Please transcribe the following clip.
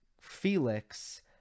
Felix